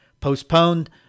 postponed